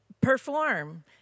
perform